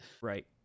Right